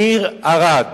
ניר ערד